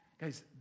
guys